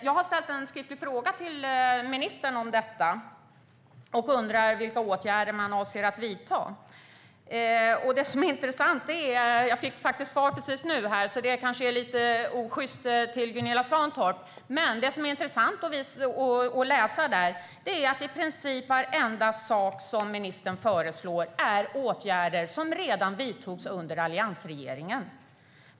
Jag har ställt en skriftlig fråga till ministern om detta där jag har undrat vilka åtgärder man avser att vidta. Jag fick svar precis nu, och därför är det kanske lite osjyst för Gunilla Svantorp, men det intressanta att läsa i svaret är att i princip varenda sak som ministern föreslår är åtgärder som vidtogs redan under alliansregeringen.